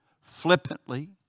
flippantly